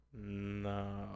No